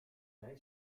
zei